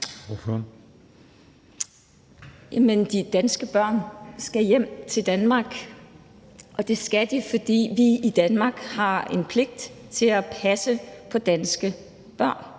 Jamen de danske børn skal hjem til Danmark, og det skal de, fordi vi i Danmark har en pligt til at passe på danske børn.